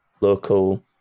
local